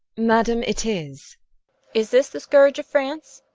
madame, it is is this the scourge of france?